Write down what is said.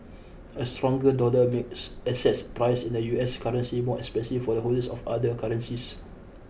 a stronger dollar makes assets priced in the U S currency more expensive for holders of other currencies